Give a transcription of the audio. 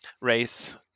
race